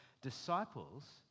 disciples